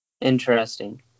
Interesting